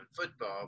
football